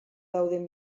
dauden